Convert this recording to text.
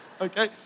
okay